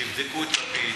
שיבדקו את לפיד,